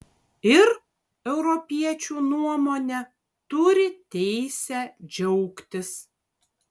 ir europiečių nuomone turi teisę džiaugtis